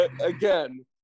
again